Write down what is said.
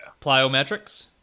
Plyometrics